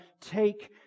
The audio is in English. take